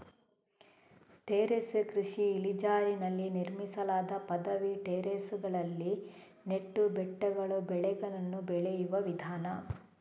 terrace ಕೃಷಿ ಇಳಿಜಾರಿನಲ್ಲಿ ನಿರ್ಮಿಸಲಾದ ಪದವಿ ಟೆರೇಸುಗಳಲ್ಲಿ ನೆಟ್ಟು ಬೆಟ್ಟಗಳು ಬೆಳೆಗಳನ್ನು ಬೆಳೆಯುವ ವಿಧಾನ